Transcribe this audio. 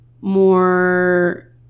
more